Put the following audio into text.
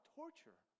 torture